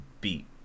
beat